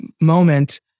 moment